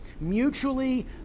mutually